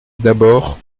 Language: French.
d’abord